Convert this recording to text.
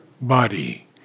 body